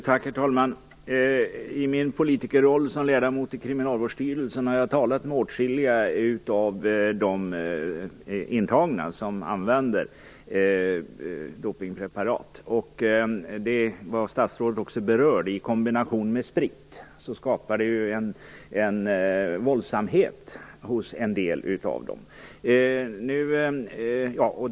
Herr talman! I min politikerroll som ledamot i Kriminalvårdsstyrelsen har jag talat med åtskilliga av de intagna som använder dopningspreparat. Som statsrådet också berörde, skapar dessa preparat i kombination med sprit en våldsamhet hos en del personer.